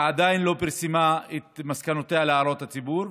שעדיין לא פרסמה את מסקנותיה להערות הציבור.